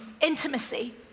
intimacy